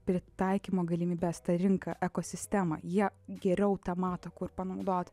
pritaikymo galimybes tą rinką ekosistemą jie geriau tą mato kur panaudoti